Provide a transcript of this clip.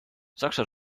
saksa